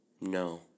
no